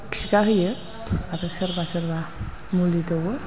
खिगा होयो आरो सोरबा सोरबा मुलि दौओ